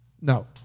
no